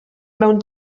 mewn